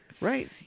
Right